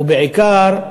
ובעיקר,